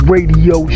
Radio